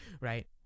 Right